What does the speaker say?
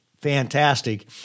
fantastic